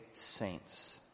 saints